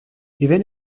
even